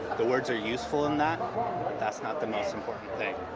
the words are useful in that, but that's not the most important thing.